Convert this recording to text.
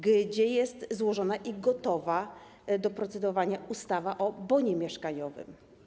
Gdzie jest złożona i gotowa do procedowania ustawa o bonie mieszkaniowym?